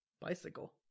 Bicycle